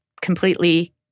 completely